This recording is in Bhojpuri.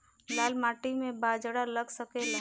लाल माटी मे बाजरा लग सकेला?